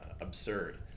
absurd